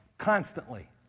Constantly